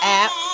app